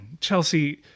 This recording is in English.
Chelsea